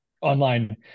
online